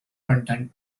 content